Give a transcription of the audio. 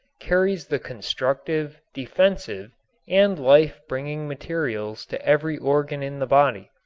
carries the constructive, defensive and life-bringing materials to every organ in the body.